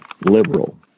liberal